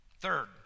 Third